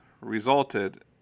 resulted